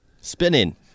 Spinning